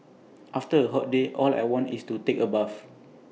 after A hot day all I want to do is take A bath